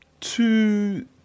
two